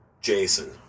Jason